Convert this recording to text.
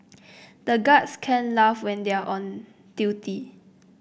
the guards can't laugh when they are on duty